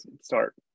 start